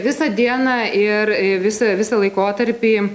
visą dieną ir ir visą visą laikotarpį